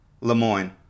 Lemoyne